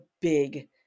big